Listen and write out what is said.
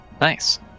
Nice